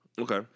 Okay